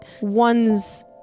one's